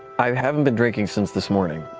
i haven't been drinking since this morning.